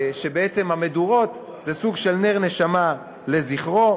ובעצם המדורות הן סוג של נר נשמה לזכרו.